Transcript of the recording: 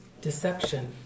deception